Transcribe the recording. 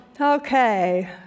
Okay